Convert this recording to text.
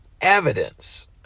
evidence